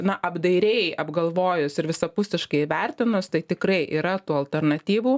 na apdairiai apgalvojus ir visapusiškai įvertinus tai tikrai yra tų alternatyvų